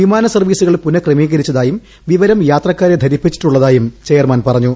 വിമാന സർവീസുകൾ പുനഃക്രമീകരിച്ചതായും വിവരം യാത്രക്കാരെ ധരിപ്പിച്ചിട്ടുള്ളതായും ചെയർമാൻ പറഞ്ഞു